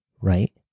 right